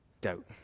doubt